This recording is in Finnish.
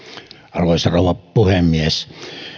arvoisa rouva puhemies